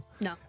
No